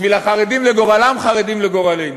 בשביל החרדים לגורלם, חרדים לגורלנו.